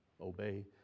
obey